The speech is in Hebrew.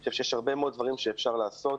אני חושב שיש הרבה מאוד דברים שאפשר לעשות.